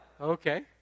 Okay